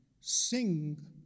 sing